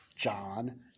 John